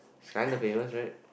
she's kinda famous right